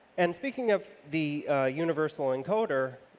and speaking of the universal encode ah